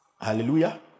Hallelujah